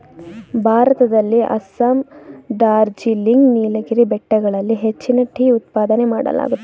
ಭಾರತದಲ್ಲಿ ಅಸ್ಸಾಂ, ಡಾರ್ಜಿಲಿಂಗ್, ನೀಲಗಿರಿ ಬೆಟ್ಟಗಳಲ್ಲಿ ಹೆಚ್ಚಿನ ಟೀ ಉತ್ಪಾದನೆ ಮಾಡಲಾಗುತ್ತದೆ